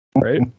right